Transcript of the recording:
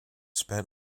spent